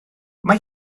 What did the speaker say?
mae